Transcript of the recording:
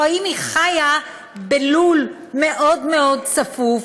או אם היא חיה בלול מאוד מאוד צפוף,